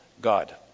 God